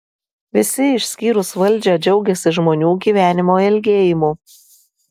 visi išskyrus valdžią džiaugiasi žmonių gyvenimo ilgėjimu